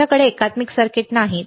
आमच्याकडे एकात्मिक सर्किट नाहीत